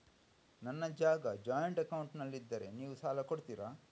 ನನ್ನ ಜಾಗ ಜಾಯಿಂಟ್ ಅಕೌಂಟ್ನಲ್ಲಿದ್ದರೆ ನೀವು ಸಾಲ ಕೊಡ್ತೀರಾ?